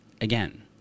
again